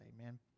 Amen